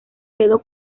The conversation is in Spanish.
quedó